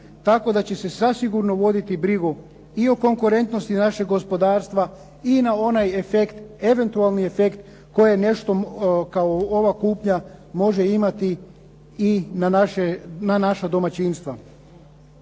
tako da će se zasigurno voditi brigu i o konkurentnosti našeg gospodarstva i na onaj efekt, eventualni efekt koje nešto kao ova kupnja može imati i na naša domaćinstva.